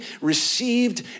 received